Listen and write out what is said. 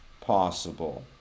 possible